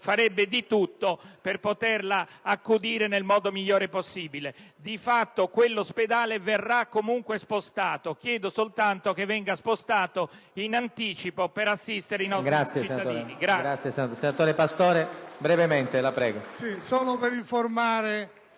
farebbe di tutto per poterla accudire nel modo migliore possibile. Di fatto quell'ospedale verrà comunque spostato: chiedo soltanto che venga spostato in anticipo per assistere i nostri concittadini. *(Applausi dai Gruppi PD e